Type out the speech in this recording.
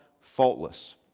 faultless